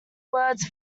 words